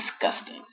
disgusting